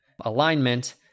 alignment